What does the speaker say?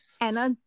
Anna